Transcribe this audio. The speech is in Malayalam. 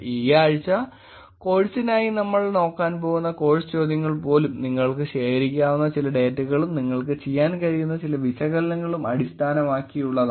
ഈ ആഴ്ച കോഴ്സിനായി നമ്മൾ നോക്കാൻ പോകുന്ന കോഴ്സ് ചോദ്യങ്ങൾ പോലും നിങ്ങൾക്ക് ശേഖരിക്കാവുന്ന ചില ഡാറ്റകളും നിങ്ങൾക്ക് ചെയ്യാൻ കഴിയുന്ന ചില വിശകലനങ്ങളും അടിസ്ഥാനമാക്കിയുള്ളതാണ്